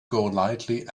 golightly